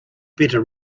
better